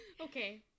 Okay